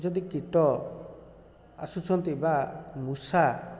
ଯଦି କୀଟ ଆସୁଛନ୍ତି ବା ମୂଷା